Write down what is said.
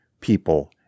people